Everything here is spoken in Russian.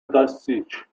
достичь